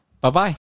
Bye-bye